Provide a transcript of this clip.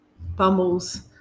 Bumbles